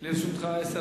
למה אין ערוץ ערבי?